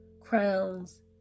crowns